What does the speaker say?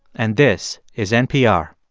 and this is npr